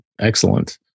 excellent